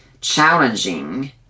challenging